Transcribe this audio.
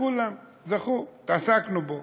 וכולם זכו, התעסקנו בו